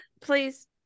Please